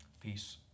Peace